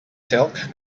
silk